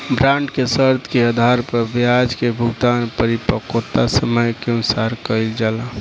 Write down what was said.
bond के शर्त के आधार पर ब्याज के भुगतान परिपक्वता समय के अनुसार कईल जाला